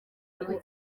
kujya